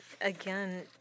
again